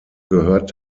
gehört